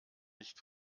nicht